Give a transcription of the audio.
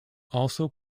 also